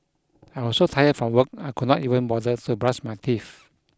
I was so tired from work I could not even bother to brush my teeth